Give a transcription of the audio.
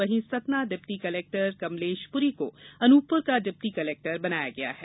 वही Satna deputy collector Kamlesh Puri को अनूपपुर का डिप्टी कलेक्टर बनाया गया है